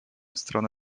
stronę